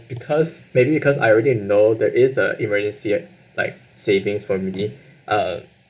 because maybe because I already know that is a emergency ah like savings from family uh